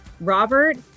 Robert